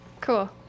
Cool